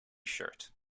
shirt